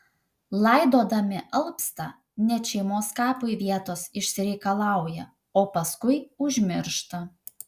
laidodami alpsta net šeimos kapui vietos išsireikalauja o paskui užmiršta